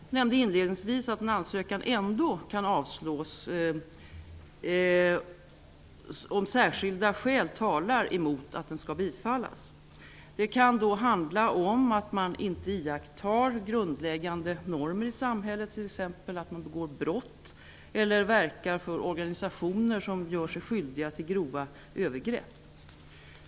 Jag nämnde inledningsvis att en ansökan ändock kan avslås om särskilda skäl talar emot att den skall bifallas. Det kan handla om att den asylsökande inte iakttar grundläggande normer i samhället, t.ex. begår brott eller verkar för organisationer som gör sig skyldiga till grova övergrepp.